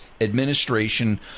administration